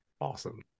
awesome